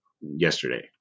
yesterday